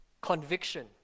conviction